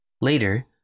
Later